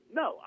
no